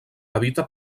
habita